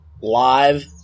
live